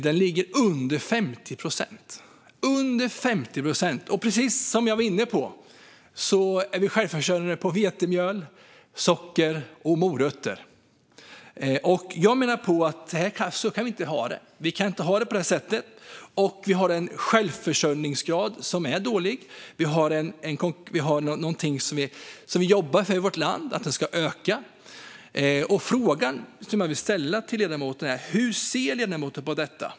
Det ligger på under 50 procent. Och precis som jag var inne på är vi självförsörjande på vetemjöl, socker och morötter. Jag menar att vi inte kan ha det på det sättet. Vi har en dålig självförsörjningsgrad. Vi jobbar för att den ska öka i vårt land. Då vill jag fråga ledamoten hur han ser på detta.